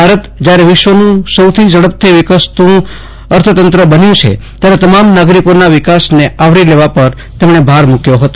ભારત જયારે વિશ્વનું સૌથી ઝડપથી વિકાસતું અર્થંતત્ર બન્યું છે ત્યારે તમામ નાગરિકોના વિકાસને આવરી લેવા પર તેમણે ભાર મૂક્યો હતો